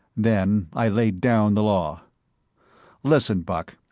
then i laid down the law listen, buck.